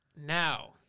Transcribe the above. now